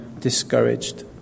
discouraged